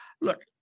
look